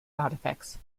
artifacts